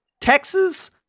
Texas